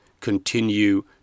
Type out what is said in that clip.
continue